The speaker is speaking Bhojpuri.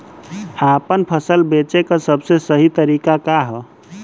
आपन फसल बेचे क सबसे सही तरीका का ह?